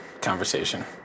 conversation